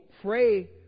pray